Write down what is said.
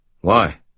Why